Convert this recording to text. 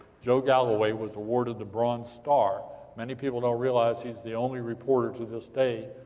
joe galloway, was awarded the bronze star. many people don't realize he's the only reporter, to this day,